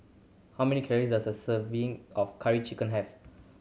how many calories does a serving of Curry Chicken have